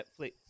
Netflix